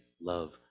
love